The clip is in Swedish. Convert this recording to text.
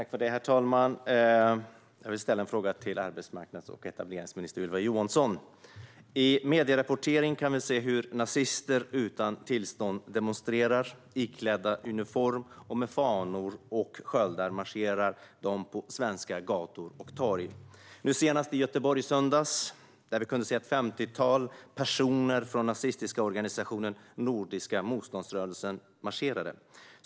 Herr talman! Jag vill ställa en fråga till arbetsmarknads och etableringsminister Ylva Johansson. I medierapporteringen kan vi se hur nazister demonstrerar utan tillstånd. Iklädda uniform och med fanor och sköldar marscherar de på svenska gator och torg. Senast i söndags kunde vi i Göteborg se ett femtiotal personer från den nazistiska organisationen Nordiska motståndsrörelsen marschera.